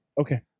Okay